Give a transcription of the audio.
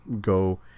go